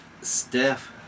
Steph